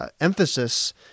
emphasis